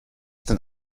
denn